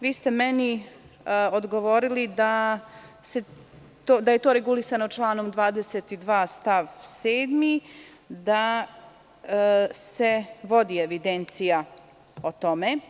Vi ste meni odgovorili da je to regulisano članom 22. stavom 7, da se vodi evidencija o tome.